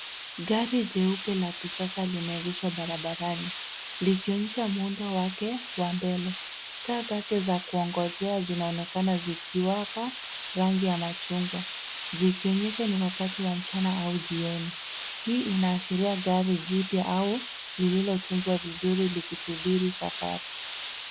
Gari jeupe la kisasa limeegeshwa barabarani likionyesha muundo wake wa mbele taa zake za kuongozea zinaonekana zikiwaka rangi ya machungwa zikionyesha ni wakati wa mchana au jioni. Hii inaashiria gari jipya au lililo tunzwa vizuri likisubiri safari.